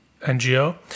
NGO